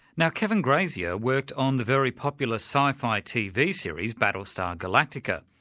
now kevin grazier worked on the very popular sci-fi tv series battlestar galactica.